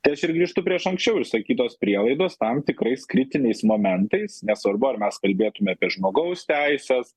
tai aš ir grįžtu prieš anksčiau išsakytos prielaidos tam tikrais kritiniais momentais nesvarbu ar mes kalbėtume apie žmogaus teises